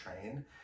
train